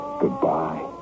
goodbye